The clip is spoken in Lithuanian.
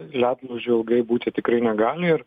ledlaužiu ilgai būti tikrai negali ir